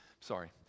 Sorry